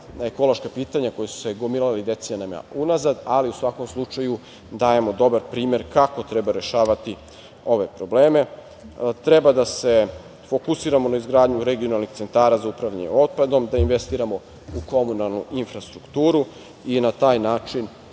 ekološka pitanja koja su se gomilala decenijama unazad, ali u svakom slučaju dajemo dobar primer kako treba rešavati ove probleme. Treba da se fokusiramo na izgradnju regionalnih centara za upravljanje otpadom, da investiramo u komunalnu infrastrukturu i na taj način